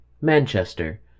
Manchester